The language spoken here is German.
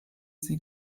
sie